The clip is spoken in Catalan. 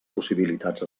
possibilitats